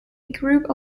group